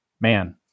man